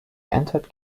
entered